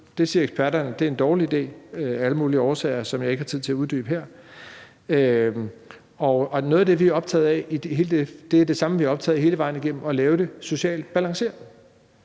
Det siger eksperterne er en dårlig idé af alle mulige årsager, som jeg ikke har tid til at uddybe her, og noget af det, som vi i det her er optaget af, er det samme, som vi er optaget af hele vejen igennem, altså at gøre det socialt balanceret,